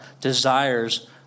desires